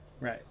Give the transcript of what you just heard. Right